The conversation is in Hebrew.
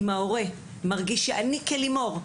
אם ההורה מרגיש שאני כלימור,